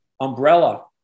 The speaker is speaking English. umbrella